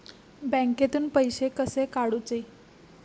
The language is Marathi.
बँकेतून पैसे कसे काढूचे?